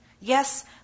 Yes